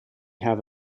have